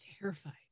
terrified